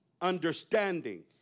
understanding